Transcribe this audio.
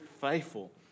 faithful